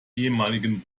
ehemaligen